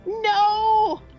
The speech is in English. No